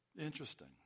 Interesting